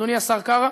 אדוני השר קרא,